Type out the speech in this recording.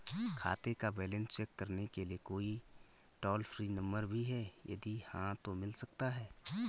खाते का balance check करने के लिए कोई टॉल फ्री नम्बर भी है यदि हाँ तो मिल सकता है?